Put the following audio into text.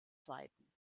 seiten